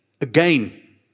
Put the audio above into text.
Again